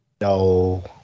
No